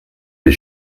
des